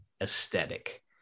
aesthetic